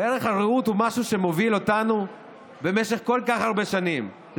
וערך הרעות הוא משהו שמוביל אותנו במשך כל כך הרבה שנים,